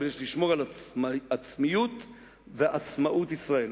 אבל יש לשמור על עצמיות ועצמאות ישראל.